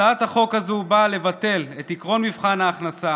הצעת החוק הזו באה לבטל את עקרון מבחן ההכנסה